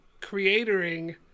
creatoring